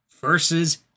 versus